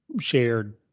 shared